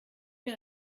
wir